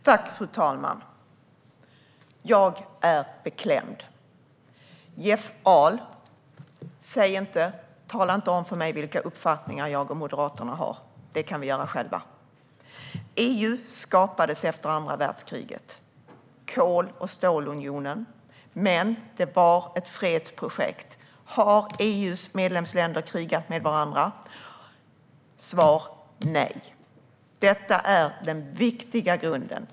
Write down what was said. Fru talman! Jag är beklämd. Jeff Ahl! Tala inte om för mig vilka uppfattningar jag och Moderaterna har! Det kan vi göra själva. EU skapades efter andra världskriget - kol och stålunionen. Det var ett fredsprojekt. Har EU:s medlemsländer krigat med varandra? Svaret är nej. Det är den ena viktiga grunden.